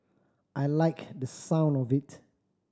I liked the sound of it